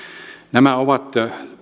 nämä ovat